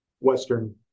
Western